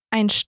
Ein